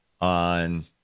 on